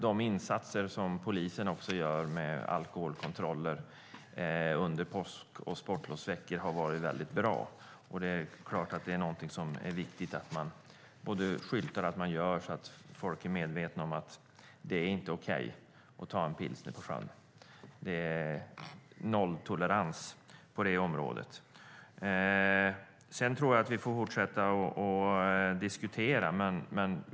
De insatser som polisen gör med alkoholkontroller under påsk och sportlovsveckor har varit bra. Det är viktigt att skylta med att kontrollerna sker så att folk blir medvetna om att det inte är okej att ta en pilsner på sjön. Det är nolltolerans på området. Vi får fortsätta att diskutera.